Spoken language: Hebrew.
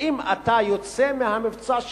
שאם אתה יוצא מהמבצע,